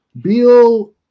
Bill